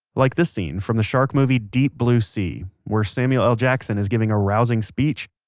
like this scene from the shark movie deep blue sea where samuel l jackson is giving a rousing speech,